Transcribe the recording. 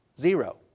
Zero